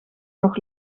nog